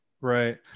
Right